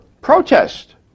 protest